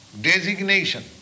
designation